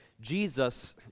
Jesus